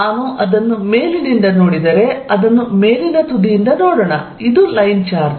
ನಾನು ಅದನ್ನು ಮೇಲಿನಿಂದ ನೋಡಿದರೆ ಅದನ್ನು ಮೇಲಿನ ತುದಿಯಿಂದ ನೋಡೋಣ ಇದು ಲೈನ್ ಚಾರ್ಜ್